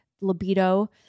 libido